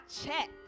check